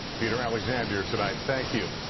peter alexander tonight. thank you.